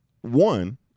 one